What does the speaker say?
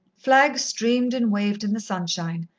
flags streamed and waved in the sunshine,